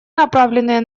направленные